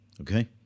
Okay